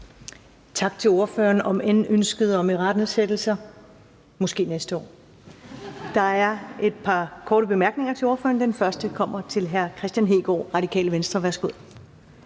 Tak til ordføreren. Hvad angår ønsket om irettesættelser, bliver det måske næste år. Der er et par korte bemærkninger til ordføreren. Den første er fra hr. Kristian Hegaard, Radikale Venstre. Værsgo.